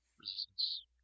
Resistance